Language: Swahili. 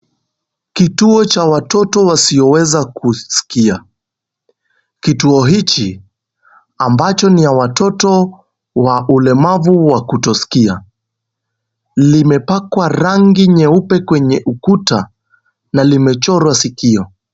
Kituo cha watoto wasioweza kusikia, kituo hiki ambacho ni ya watoto wa ulemavu wa kutosikia limepakwa rangi nyeupe kwenye ukuta na limechorwa sikio.